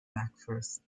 mcpherson